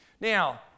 Now